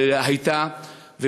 הייתה.